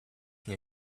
nie